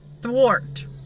thwart